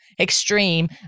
extreme